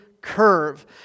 curve